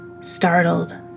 Startled